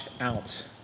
out